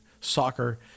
soccer